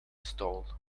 stall